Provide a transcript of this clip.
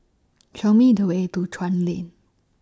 Show Me The Way to Chuan Lane